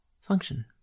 function